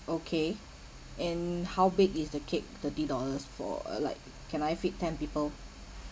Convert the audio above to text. okay and how big is the cake thirty dollars for uh like can I feed ten people